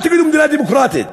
אל תגידו "מדינה דמוקרטית",